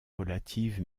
relative